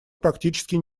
практически